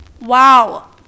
Wow